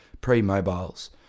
pre-mobiles